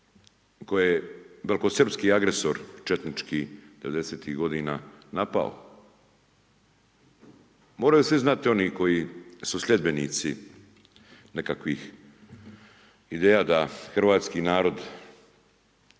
koje je velikosrpski agresor četnički 90-tih godina napao. Moraju svi znati oni koji su sljedbenici nekakvih ideja da hrvatski narod